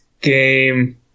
game